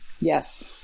Yes